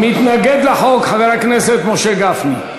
מתנגד לחוק חבר הכנסת משה גפני.